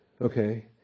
okay